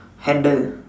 handle